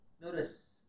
Notice